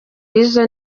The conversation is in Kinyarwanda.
y’izo